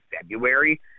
February